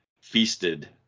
feasted